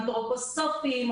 אנתרופוסופיים,